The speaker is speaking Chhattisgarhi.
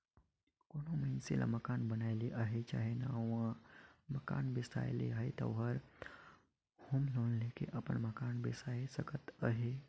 कोनो मइनसे ल मकान बनाए ले अहे चहे नावा मकान बेसाए ले अहे ता ओहर होम लोन लेके अपन मकान बेसाए सकत अहे